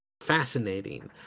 fascinating